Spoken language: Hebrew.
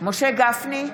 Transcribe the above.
משה גפני,